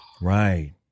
Right